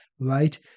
right